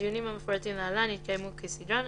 הדיונים המפורטים להלן יתקיימו כסדרם,